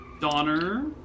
Donner